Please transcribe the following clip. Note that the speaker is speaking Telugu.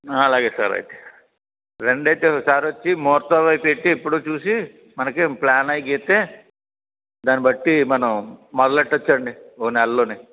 అలాగే సార్ అయితే రండయితే ఒకసారొచ్చీ ముహూర్తం అవి పెట్టి ఎప్పుడో చూసి మనకి ప్లాన్ అయి గీత్తే దాని బట్టి మనం మొదలెట్టచ్చండి ఓ నెల్లోనే